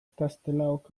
castelaok